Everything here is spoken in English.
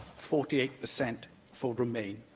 forty eight per cent for remain.